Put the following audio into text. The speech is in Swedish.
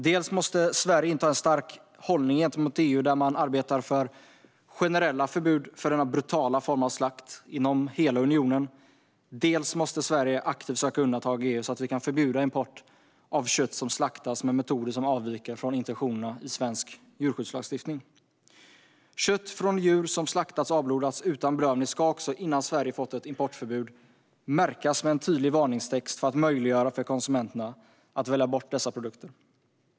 Dels måste Sverige inta en stark hållning gentemot EU där man arbetar för generella förbud för denna brutala form av slakt inom hela unionen, dels måste Sverige aktivt söka undantag i EU så att vi kan förbjuda import av kött som slaktas med metoder som avviker från intentionerna i svensk djurskyddslagstiftning. Kött från djur som slaktas och avblodas utan bedövning ska också innan Sverige har tagit fram ett importförbud märkas med en tydlig varningstext för att göra det möjligt för konsumenterna att välja bort dessa produkter.